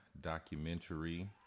documentary